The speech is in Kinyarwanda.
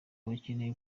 bakeneye